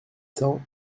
cents